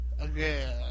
Again